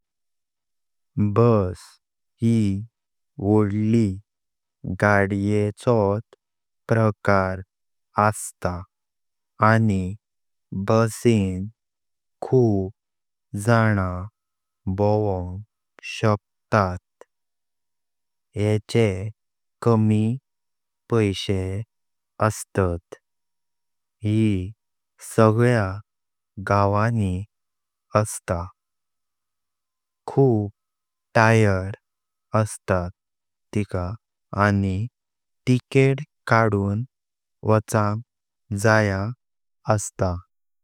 बस यी वडली गाड्येचोत प्रकार अस्त त आनी बुसिन खू प जणा भोवांग शकतात। याचे कमी पै शे अस्तात। यी सगळ्या गवाणी अस्तात। खू प तीयेर अस्तात तिका आनी टिकट काडून वचांग जाय आस्त।